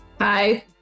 Hi